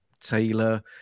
Taylor